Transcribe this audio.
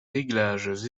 réglages